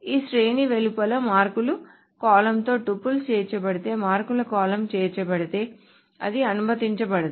ఈ శ్రేణి వెలుపల మార్కుల కాలమ్తో టపుల్లో చేర్చబడితే మార్కుల కాలమ్ చేర్చబడితే అది అనుమతించ బడదు